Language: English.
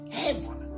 heaven